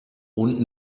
und